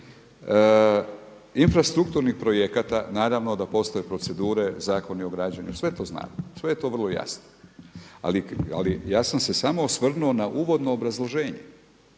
infrastrukturnih projekata naravno da postoje procedure, zakoni o građenju, sve to znamo. Sve je to vrlo jasno. Ali ja sam se samo osvrnuo na uvodno obrazloženje,